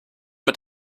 mit